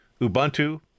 Ubuntu